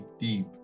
deep